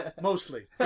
Mostly